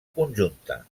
conjunta